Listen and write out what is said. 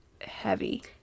heavy